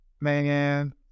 Man